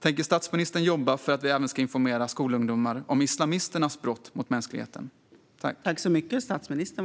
Tänker statsministern jobba för att vi även ska informera skolungdomar om islamisternas brott mot mänskligheten?